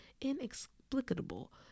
inexplicable